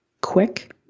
quick